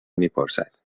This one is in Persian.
میپرسد